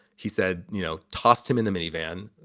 he said, you know, tossed him in the minivan.